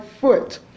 foot